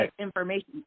information